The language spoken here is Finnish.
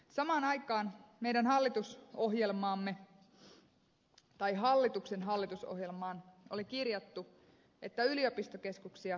samaan aikaan meidän hallitusohjelmaamme tai hallituksen hallitusohjelmaan oli kirjattu että yliopistokeskuksia kehitetään